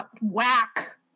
whack